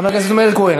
חבר הכנסת מאיר כהן.